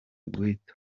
guhita